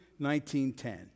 19.10